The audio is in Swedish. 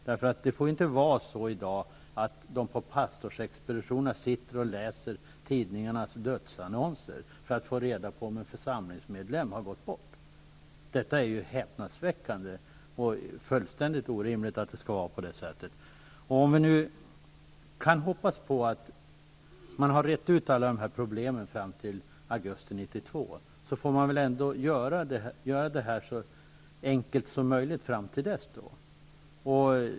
Det får inte vara så att man på pastorsexpeditionen måste sitta och läsa tidningarnas dödsannonser för att få reda på om en församlingsmedlem har gått bort. Detta är ju häpnadsväckande och fullständigt orimligt. Om vi kan hoppas på att problemen har retts ut till augusti 1992, så får vi väl ändå göra det här så enkelt som möjligt fram till dess.